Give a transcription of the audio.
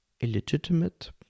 illegitimate